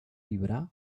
vibrar